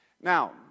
Now